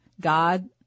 God